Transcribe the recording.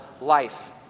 life